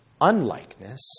unlikeness